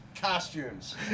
costumes